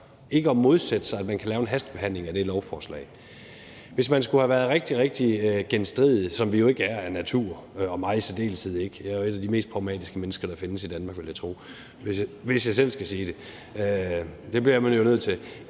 ikke at modsætte sig, at man kan lave en hastebehandling af det lovforslag. Man kunne have været rigtig, rigtig genstridig, men det er vi jo ikke af natur – og mig i særdeleshed ikke; jeg er jo et af de mest pragmatiske mennesker, der findes i Danmark, hvis jeg selv skal sige det, og det bliver man jo nødt til.